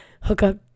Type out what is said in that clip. hookup